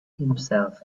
himself